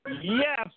Yes